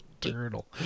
turtle